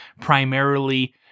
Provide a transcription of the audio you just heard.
primarily